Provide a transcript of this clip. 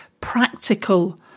practical